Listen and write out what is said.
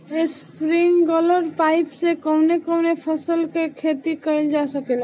Sprinkler pipe से कवने कवने फसल क खेती कइल जा सकेला?